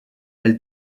elle